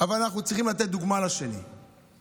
אבל אנחנו צריכים לתת דוגמה לשני בהתנהגות,